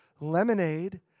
lemonade